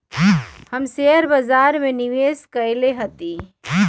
हम शेयर बाजार में निवेश कएले हती